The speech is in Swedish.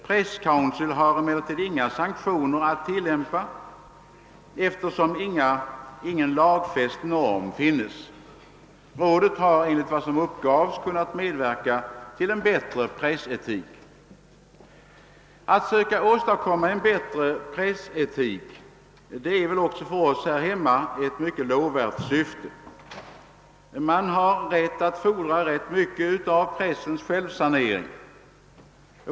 Press Council kan emellertid inte tillämpa några sanktioner, eftersom ingen lagfäst norm finns. Rådet har, enligt vad som uppgavs, kunnat medverka till en bättre pressetik. Att söka åstadkomma en bättre pressetik är väl också för oss här hemma ett mycket lovvärt syfte. Man har rätt att fordra ganska mycket av pressens självsanering.